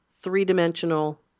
three-dimensional